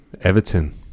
everton